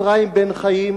אפרים בן-חיים,